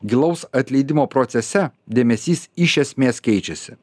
gilaus atleidimo procese dėmesys iš esmės keičiasi